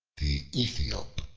the aethiop